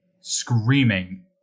screaming